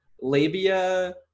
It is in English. labia